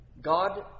God